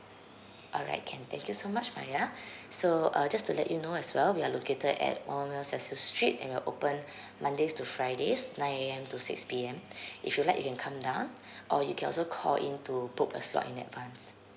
alright can thank you so much maya so uh just to let you know as well we are located at one one one street and we're open mondays to fridays nine A_M to six P_M if you like you can come down or you can also call in to book a slot in advance